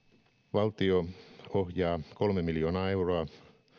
valtio ohjaa kolme miljoonaa euroa